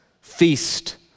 feast